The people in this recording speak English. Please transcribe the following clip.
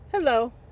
Hello